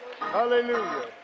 Hallelujah